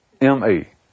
M-E